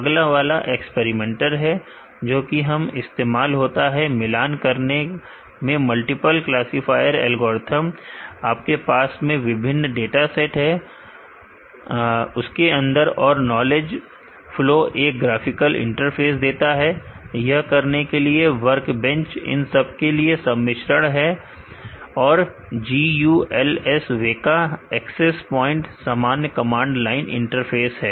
अगला वाला एक्सपेरिमेंटर है जो कि इस्तेमाल होता है मिलान करने में मल्टीपल क्लासीफायर एल्गोरिथ्म आपके काम में विभिन्न डाटा सेट के अंदर और नॉलेज flow एक ग्राफिकल इंटरफ़ेस देता है यह करने के लिए वर्क बेंच इन सब का सम्मिश्रण है और GULS WEKA एक्सेस प्वाइंट सामान्य कमांड लाइन इंटरफेस है